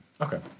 Okay